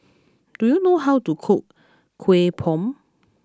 do you know how to cook Kuih Bom